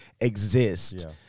exist